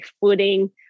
footing